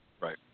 Right